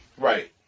right